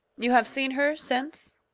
you have seen her since?